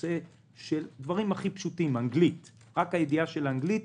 שנושאים הכי פשוטים כמו הידיעה של אנגלית